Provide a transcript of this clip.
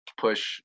push